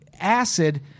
acid